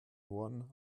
norden